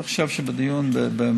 אני לא חושב שבדיון במליאה,